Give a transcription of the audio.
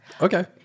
Okay